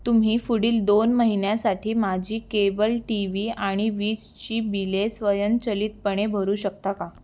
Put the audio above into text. तुम्ही पुढील दोन महिन्यासाठी माझी केबल टी व्ही आणि विजेची बिले स्वयंचलितपणे भरू शकता का